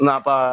Napa